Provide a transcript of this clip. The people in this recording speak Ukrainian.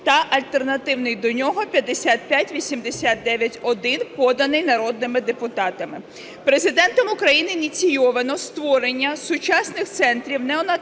та альтернативний до нього 5589-1, поданий народними депутатами. Президентом України ініційовано створення сучасних центрів неонатального